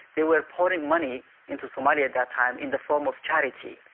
they were pouring money into somalia at that time in the form of charity,